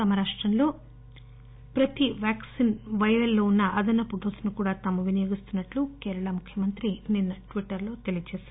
తమ రాష్టంలో ప్రతి వ్యాక్సిన్ వైవిల్లో ఉన్న అదనపు డోసును కూడా తాము వినియోగిస్తున్నట్లు కేరళ ముఖ్యమంత్రి నిన్న ట్విట్టర్లో తెలియజేశారు